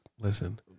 Listen